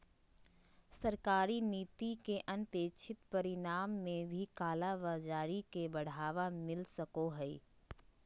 सरकारी नीति के अनपेक्षित परिणाम में भी कालाबाज़ारी के बढ़ावा मिल सको हइ